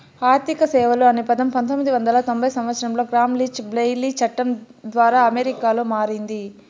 ఆర్థిక సేవలు అనే పదం పంతొమ్మిది వందల తొంభై సంవచ్చరంలో గ్రామ్ లీచ్ బ్లెయిలీ చట్టం ద్వారా అమెరికాలో మారింది